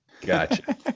Gotcha